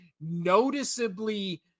noticeably